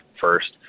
first